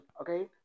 okay